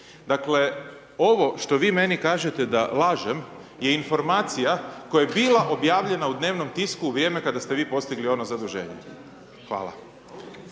Dakle, ovo što vi meni kažete da lažem je informacija koja je bila objavljena u dnevnom tisku u vrijeme kada ste vi postigli ono zaduženje. Hvala.